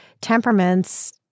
temperaments